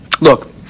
Look